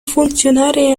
funzionare